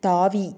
தாவி